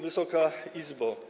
Wysoka Izbo!